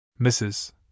Mrs